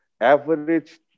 average